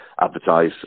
advertise